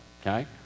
okay